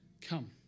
Come